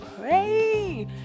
Pray